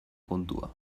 kontua